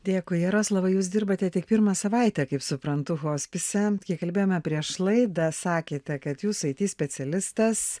dėkui jaroslavai jūs dirbate tik pirmą savaitę kaip suprantu hospise kiek kalbėjome prieš laidą sakėte kad jūs it specialistas